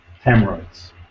Hemorrhoids